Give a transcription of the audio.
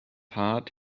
heart